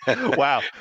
Wow